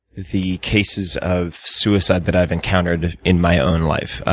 the cases of suicide that i've encountered in my own life,